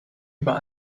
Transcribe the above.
über